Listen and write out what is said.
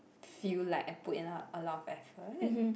feel like I put in a lot a lot of effort